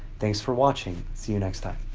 thanks for watching! see you next time.